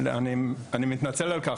אני מתנצל על כך,